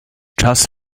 czas